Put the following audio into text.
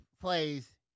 plays